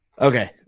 Okay